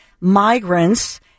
migrants